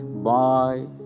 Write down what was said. Bye